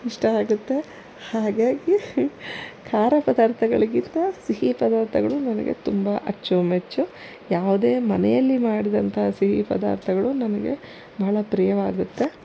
ಇಷ್ಟ ಆಗುತ್ತೆ ಹಾಗಾಗಿ ಖಾರ ಪದಾರ್ಥಗಳಿಗಿಂತ ಸಿಹಿ ಪದಾರ್ಥಗಳು ನನಗೆ ತುಂಬ ಅಚ್ಚುಮೆಚ್ಚು ಯಾವುದೇ ಮನೆಯಲ್ಲಿ ಮಾಡ್ದಂಥ ಸಿಹಿ ಪದಾರ್ಥಗಳು ನನಗೆ ಭಾಳ ಪ್ರಿಯವಾಗುತ್ತೆ